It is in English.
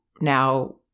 now